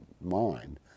mind